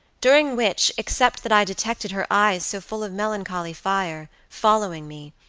during which, except that i detected her eyes so full of melancholy fire, following me,